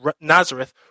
Nazareth